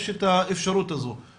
יש את האפשרות הזו נכון?